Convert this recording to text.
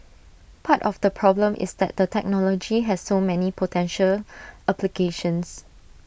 part of the problem is that the technology has so many potential applications